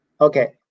Okay